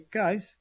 guys